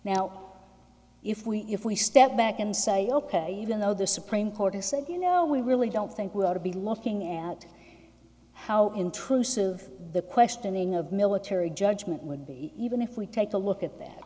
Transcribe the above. now if we if we step back and say ok even though the supreme court has said you know we really don't think we ought to be looking at how intrusive the questioning of military judgment would be even if we take a look at that